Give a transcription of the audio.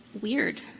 weird